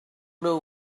know